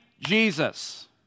Jesus